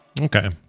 Okay